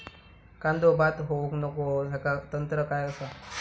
कांदो बाद होऊक नको ह्याका तंत्र काय असा?